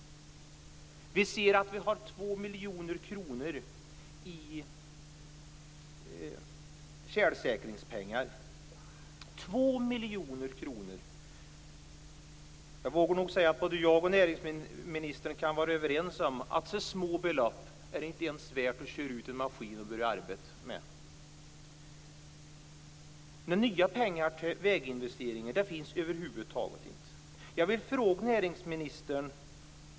Vi ser att det finns 2 miljoner kronor i tjälsäkringspengar - 2 miljoner kronor. Jag vågar nog säga att näringsministern och jag kan vara överens om att med så små belopp är det inte ens värt att köra ut en maskin och börja arbeta. Några nya pengar till väginvesteringar finns över huvud taget inte.